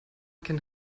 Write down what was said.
can